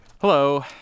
Hello